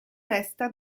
festa